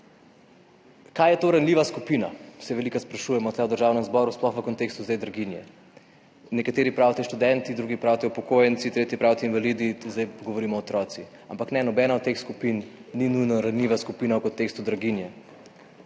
Kaj je to ranljiva skupina, se velikokrat sprašujemo tu v Državnem zboru, sploh zdaj v kontekstu draginje. Nekateri pravite študenti, drugi pravite upokojenci, tretji pravite invalidi, zdaj govorimo otroci. Ampak ne, nobena od teh skupin ni nujno ranljiva skupina v kontekstu draginje.